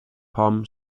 palm